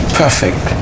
perfect